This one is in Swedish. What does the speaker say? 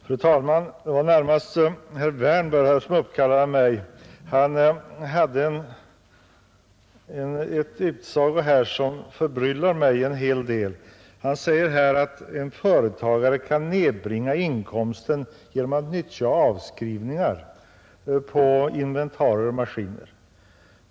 Fru talman! Det var närmast herr Wärnberg som uppkallade mig. Han gjorde en utsaga som förbryllar mig en hel del — han sade att en företagare kan nedbringa inkomsten genom att göra avskrivningar på inventarier och maskiner.